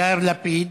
יאיר לפיד.